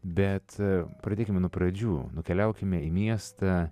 bet pradėkime nuo pradžių nukeliaukime į miestą